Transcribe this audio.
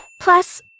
Plus